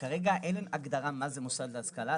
כרגע אין הגדרה מה זה מוסד להשכלה,